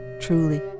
truly